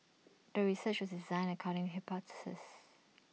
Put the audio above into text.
the research was designed according hypothesis